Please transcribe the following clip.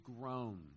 grown